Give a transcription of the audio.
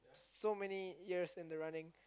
so many years in the running